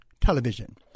television